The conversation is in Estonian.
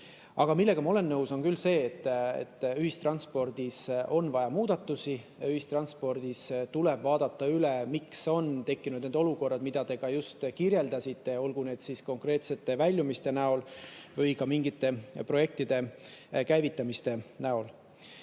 Aga ma olen nõus küll sellega, et ühistranspordi valdkonnas on vaja muudatusi. Tuleb vaadata üle, miks on tekkinud need olukorrad, mida te ka just kirjeldasite, olgu need siis konkreetsete väljumiste näol või ka mingite projektide käivitamise näol.